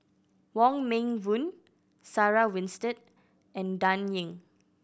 Wong Meng Voon Sarah Winstedt and Dan Ying